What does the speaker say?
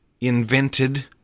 invented